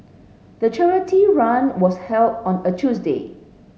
the charity run was held on a Tuesday